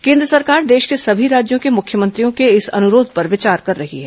केन्द्र सरकार देश के सभी राज्यों के मुख्यमंत्रियों के इस अनुरोध पर विचार कर रही है